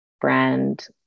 brand